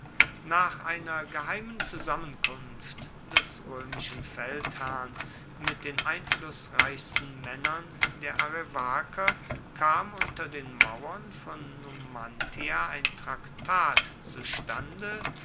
nach einer geheimen zusammenkunft des römischen feldherrn mit den einflußreichsten männern der arevaker kam unter den mauern von numantia ein traktat zustande